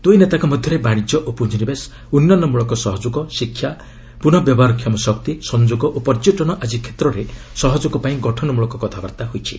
ଦୂଇ ନେତାଙ୍କ ମଧ୍ୟରେ ବାଣିଜ୍ୟ ଓ ପ୍ରଞ୍ଜିନିବେଶ ଉନ୍ୟନମୂଳକ ସହଯେଗ ଶିକ୍ଷା ପୁନଃ ନବୀକରଣ ଶକ୍ତି ସଂଯୋଗ ଓ ପର୍ଯ୍ୟଟନ ଆଦି କ୍ଷେତ୍ରରେ ସହଯୋଗପାଇଁ ଗଠନମଳକ କଥାବାର୍ତ୍ତା ହୋଇଛି